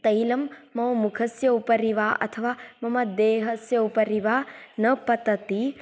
तैलं मम मुखस्य उपरि वा अथवा मम देहस्य उपरि वा न पतति